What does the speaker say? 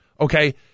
okay